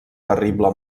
terrible